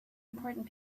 important